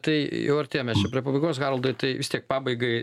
tai jau artėjam mes čia prie pabaigos haroldai tai vis tiek pabaigai